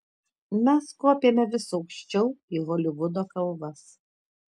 mes kopėme vis aukščiau į holivudo kalvas